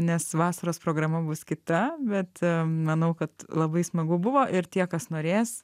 nes vasaros programa bus kita bet manau kad labai smagu buvo ir tie kas norės